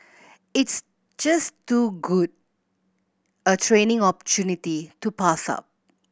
it's just too good a training opportunity to pass up